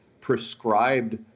prescribed